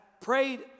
prayed